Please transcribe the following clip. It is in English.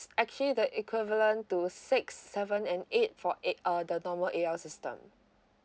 actually the equivalent to six seven and eight for ei~ uh the normal A L system